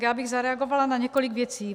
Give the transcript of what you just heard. Já bych zareagovala na několik věcí.